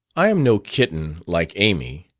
i am no kitten, like amy.